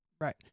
Right